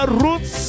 roots